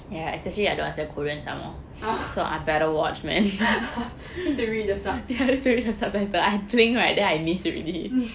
need to read the subs